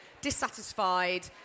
dissatisfied